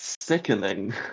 sickening